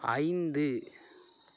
ஐந்து